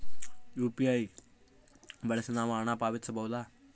UPI ಬಳಸಿ ನಾವು ಹಣ ಪಾವತಿಸಬಹುದಾ?